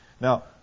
Now